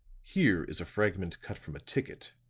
here is a fragment cut from a ticket,